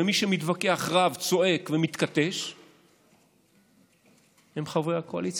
ומי שמתווכח, רב, צועק ומתכתש הם חברי הקואליציה.